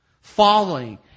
following